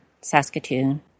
Saskatoon